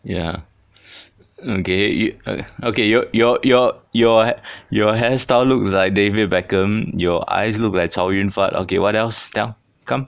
ya okay o~ okay your your your your your hair style look like david beckham your eyes look like chow yun fatt okay what else tell come